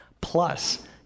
Plus